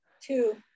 two